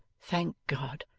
thank god,